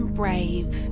brave